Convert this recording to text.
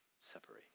separate